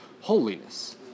holiness